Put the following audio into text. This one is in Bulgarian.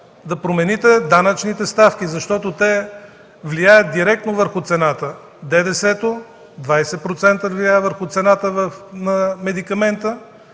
да промените данъчните ставки, защото те влияят директно върху цената, ДДС-то – 20% влияе върху цената на медикамента;